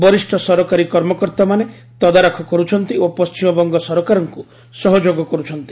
ବରିଷ୍ଠ ସରକାରୀ କର୍ମକର୍ତ୍ତାମାନେ ତଦାରଖ କରୁଛନ୍ତି ଓ ପଣ୍ଢିମବଙ୍ଗ ସରକାରଙ୍କୁ ସହଯୋଗ କରୁଛନ୍ତି